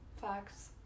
Facts